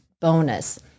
bonus